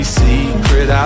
secret